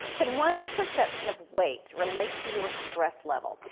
can one's perception of weight relate to your stress level,